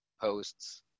posts